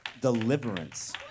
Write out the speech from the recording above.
deliverance